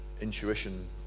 intuition